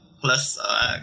plus